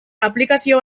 aplikazio